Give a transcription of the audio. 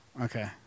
Okay